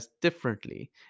differently